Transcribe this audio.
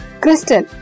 crystal